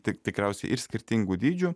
tik tikriausiai ir skirtingų dydžių